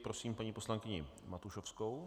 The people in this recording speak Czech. Prosím paní poslankyni Matušovskou.